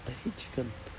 I hate chicken